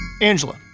Angela